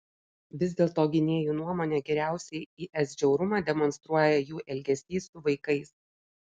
vis dėlto gynėjų nuomone geriausiai is žiaurumą demonstruoja jų elgesys su vaikais